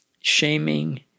shaming